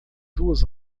duas